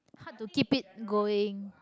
hard to keep it going